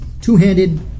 Two-handed